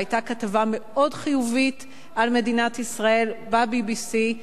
זאת היתה כתבה מאוד חיובית על מדינת ישראל ב-BBC.